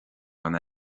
gan